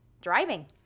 driving